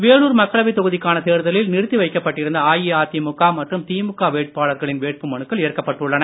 வேலூர் மக்களவைத் தொகுதிக்கான தேர்தலில் நிறுத்தி வைக்கப்பட்டிருந்த அஇஅதிமுக மற்றும் திமுக வேட்பாளர்களின் வேட்பு மனுக்கள் ஏற்கப்பட்டுள்ளன